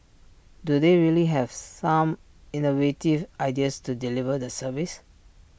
do they really have some innovative ideas to deliver the service